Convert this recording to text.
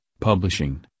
publishing